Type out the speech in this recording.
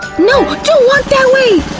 no! don't walk that way!